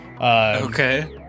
Okay